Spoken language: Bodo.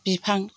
बिफां